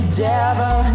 devil